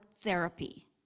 therapy